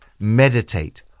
Meditate